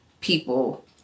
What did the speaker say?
people